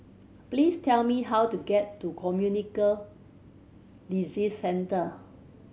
please tell me how to get to Communicable Disease Centre